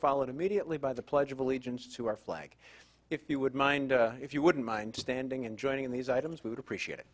followed immediately by the pledge of allegiance to our flag if you would mind if you wouldn't mind standing and joining in these items we would appreciate